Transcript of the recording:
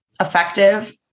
effective